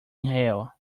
inhale